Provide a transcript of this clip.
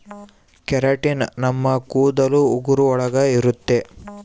keratin ನಮ್ ಕೂದಲು ಉಗುರು ಒಳಗ ಇರುತ್ತೆ